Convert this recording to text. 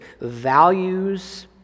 values